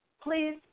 please